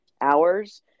hours